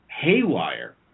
haywire